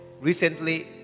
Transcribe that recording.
recently